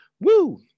Woo